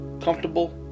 comfortable